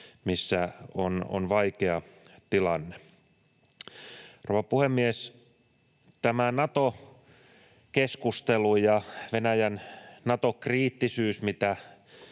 missä on vaikea tilanne. Rouva puhemies! Tämä Nato-keskustelu ja Venäjän Nato-kriittisyys, mihinkä